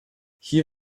hier